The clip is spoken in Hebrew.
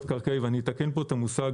אני אשלח לך את זה ואתה תדע.